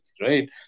right